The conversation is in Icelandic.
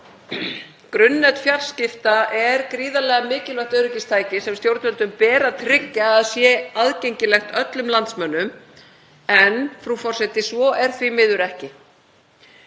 Grunnnet fjarskipta er gríðarlega mikilvægt öryggistæki sem stjórnvöldum ber að tryggja að sé aðgengilegt öllum landsmönnum. En, frú forseti, svo er því miður ekki.